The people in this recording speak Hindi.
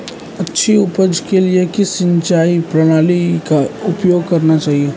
अच्छी उपज के लिए किस सिंचाई प्रणाली का उपयोग करना चाहिए?